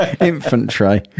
infantry